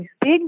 big